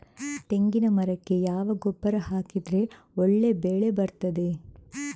ತೆಂಗಿನ ಮರಕ್ಕೆ ಯಾವ ಗೊಬ್ಬರ ಹಾಕಿದ್ರೆ ಒಳ್ಳೆ ಬೆಳೆ ಬರ್ತದೆ?